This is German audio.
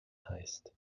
heißt